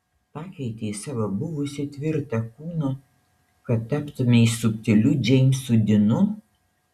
pakeitei savo buvusį tvirtą kūną kad taptumei subtiliu džeimsu dinu